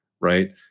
Right